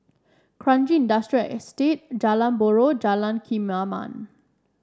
Kranji Industrial Estate Jalan Buroh Jalan Kemaman